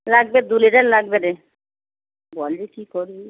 লাগবে দু লিটার লাগবে রে বল রে কী করবি